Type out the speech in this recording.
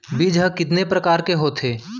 बीज ह कितने प्रकार के होथे?